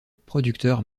producteur